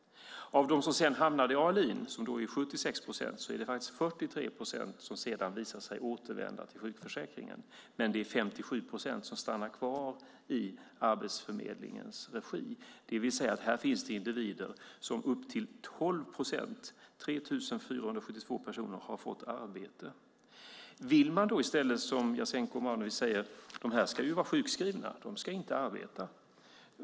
Av dem som sedan hamnade i ALI, 76 procent, var det 43 procent som sedan visade sig återvända till sjukförsäkringen, men 57 procent stannade kvar i arbetsförmedlingens regi, det vill säga att det är upp till 12 procent, 3 472 personer, som har fått arbete. Vill man då i stället, som Jasenko Omanovic säger, att de ska vara sjukskrivna, att de inte ska arbeta?